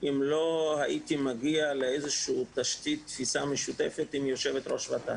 אם לא הייתי מגיע לתשתית תפיסה משותפת עם יושבת-ראש ות"ת.